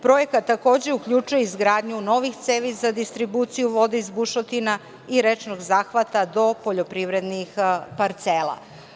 Projekat takođe uključuje izgradnju novih cevi za distribuciju vode iz bušotina i rečnog zahvata do poljoprivrednih parcela.